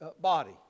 body